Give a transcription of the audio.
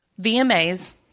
VMAs